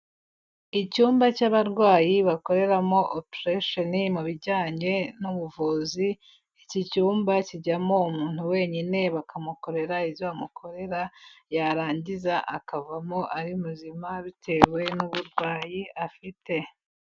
Icyumba cy'abarwayi bakoreramo operation mu bijyanye n'ubuvuzi, iki cyumba kijyamo umuntu wenyine bakamukorera ibyo bamukorera yarangiza akavamo ari muzima bitewe n'uburwayi afite.